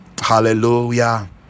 Hallelujah